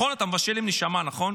אתה מבשל עם הנשמה, נכון?